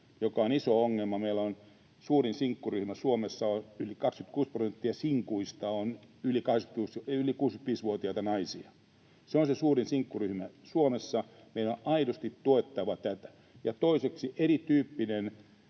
joka on iso ongelma: Meillä Suomessa suurin sinkkuryhmä on yli 65-vuotiaat naiset, yli 26 prosenttia sinkuista. Se on se suurin sinkkuryhmä Suomessa. Meidän on aidosti tuettava tätä. Ja toiseksi: Erityyppinen